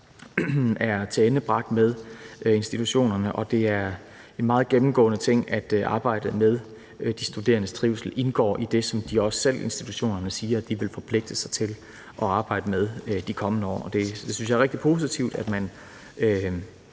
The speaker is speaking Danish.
er tilendebragt, og det er en meget gennemgående ting, at arbejdet med de studerendes trivsel indgår i det, som institutionerne også selv siger at de vil forpligte sig til at arbejde med i de kommende år. Jeg synes, det er rigtig positivt, at man